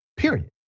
Period